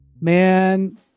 Man